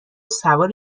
سوار